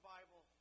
Bible